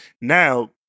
Now